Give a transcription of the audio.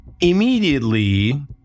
Immediately